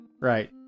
Right